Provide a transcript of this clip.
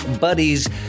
buddies